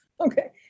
Okay